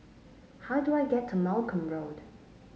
how do I get to Malcolm Road